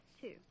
two